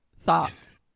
thoughts